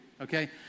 okay